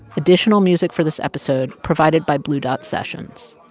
additional music for this episode provided by blue dot sessions.